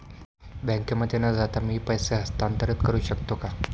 बँकेमध्ये न जाता मी पैसे हस्तांतरित करू शकतो का?